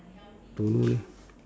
don't know leh